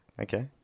Okay